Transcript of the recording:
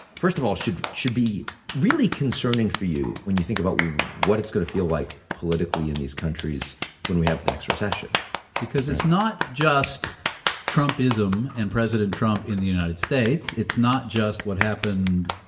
first of all, should should be really concerning for you when you think about what it's going to feel like politically in these countries when we have the next recession because it's not just trumpism and president trump in the united states. it's not just what happened,